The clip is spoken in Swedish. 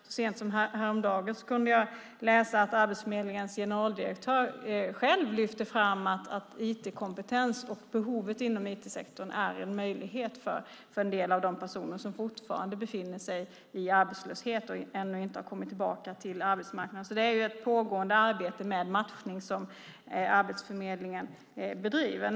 Så sent som häromdagen kunde jag läsa att Arbetsförmedlingens generaldirektör själv lyfte fram att IT-kompetens och behovet inom IT-sektorn är en möjlighet för en del av de personer som fortfarande befinner sig i arbetslöshet och ännu inte har kommit tillbaka till arbetsmarknaden. Det är ju ett pågående arbete med matchning som Arbetsförmedlingen bedriver.